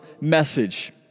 message